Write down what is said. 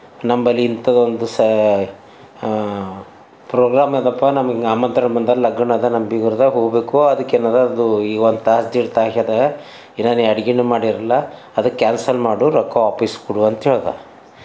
ನಂಬಳಿ ಇಂಥದ್ದೊಂದು ಸಹ ಪ್ರೋಗ್ರಾಮ್ ಅದಪ್ಪ ನಮಗೆ ಹಿಂಗೆ ಆಮಂತ್ರಣ ಬಂದರೆ ಲಗ್ನ ಅದ ನಮ್ಮ ಬೀಗರ್ದು ಹೋಗಬೇಕು ಅದ್ಕೆ ಏನಿದೆ ಒಂದು ಅಡುಗೇನು ಮಾಡ್ಯಾರಲ್ಲ ಅದು ಕ್ಯಾನ್ಸಲ್ ಮಾಡು ರೊಕ್ಕ ವಾಪಸ್ಸು ಕೊಡುವಂಥೇಳ್ದ